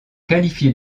qualifiés